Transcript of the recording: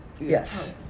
Yes